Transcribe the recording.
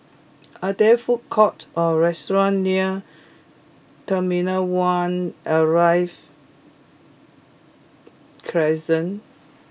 are there food courts or restaurants near terminal one Arrival Crescent